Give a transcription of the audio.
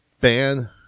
ban